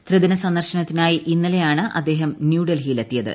ത്രിദിന സന്ദർശനത്തിനായി ഇന്നലെയാണ് അദ്ദേഹം ന്യൂഡൽഹിയിൽ എത്തിയത്